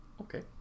Okay